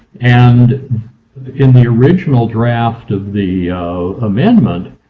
and in the original draft of the amendment,